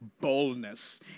boldness